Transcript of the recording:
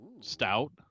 stout